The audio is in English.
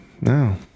No